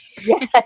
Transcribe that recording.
Yes